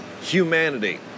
humanity